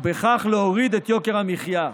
ובכך להוריד את יוקר המחיה.